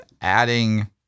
adding